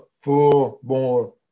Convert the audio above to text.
full-bore